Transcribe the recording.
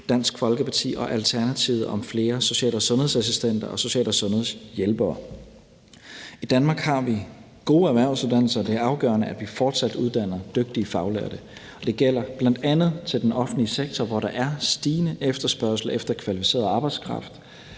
Dansk Folkeparti og Alternativet om flere social- og sundhedsassistenter og social- og sundhedshjælpere. I Danmark har vi gode erhvervsuddannelser, og det er afgørende, at vi fortsat uddanner dygtige faglærte. Det gælder bl.a. til den offentlige sektor, hvor der er en stigende efterspørgsel efter kvalificeret arbejdskraft